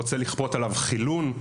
רוצה לכפות עליו חילון,